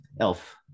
Elf